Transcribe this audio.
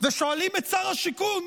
ושואלים את שר השיכון